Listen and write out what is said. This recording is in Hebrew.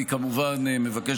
אני כמובן מבקש,